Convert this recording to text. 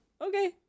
Okay